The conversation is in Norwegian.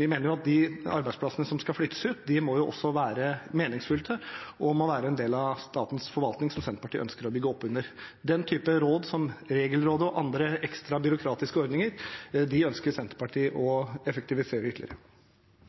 Vi mener at de arbeidsplassene som skal flyttes ut, også må være meningsfylte og må være en del av statens forvaltning som Senterpartiet ønsker å bygge opp under. Råd av typen Regelrådet og andre ekstra byråkratiske ordninger ønsker Senterpartiet å effektivisere ytterligere.